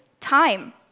time